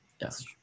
Yes